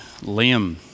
Liam